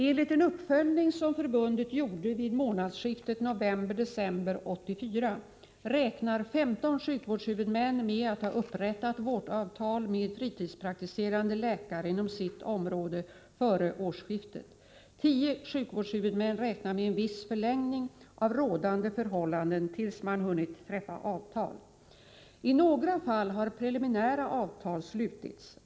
Enligt en uppföljning som förbundet gjorde vid månadsskiftet novemberdecember 1984 räknar 15 sjukvårdshuvudmän med att ha upprättat vårdavtal med fritidspraktiserande läkare inom sitt område före årsskiftet. 10 sjukvårdshuvudmän räknar med en viss förlängning av rådande förhållanden tills man hunnit träffa avtal. I några fall har preliminära avtal slutits.